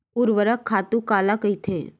ऊर्वरक खातु काला कहिथे?